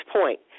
point